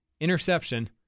interception